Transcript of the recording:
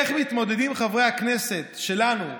איך מתמודדים חברי הכנסת שלנו,